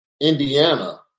Indiana